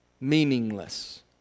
meaningless